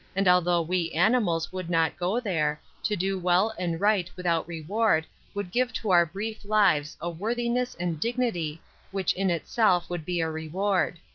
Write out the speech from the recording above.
and although we animals would not go there, to do well and right without reward would give to our brief lives a worthiness and dignity which in itself would be a reward.